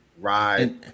ride